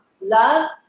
Love